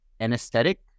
anesthetic